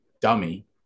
dummy